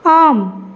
ஆம்